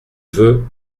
veux